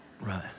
Right